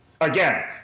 again